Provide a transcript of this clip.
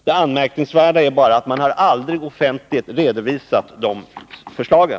Det anmärkningsvärda är bara att man aldrig offentligt har redovisat de förslagen.